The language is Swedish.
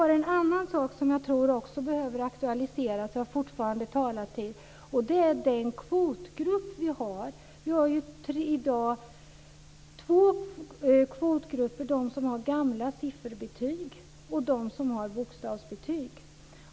Det är en annan sak som jag tror också behöver aktualiseras. Vi har i dag två kvotgrupper. Det är de som har gamla sifferbetyg och de som har bokstavsbetyg.